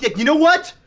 you know what?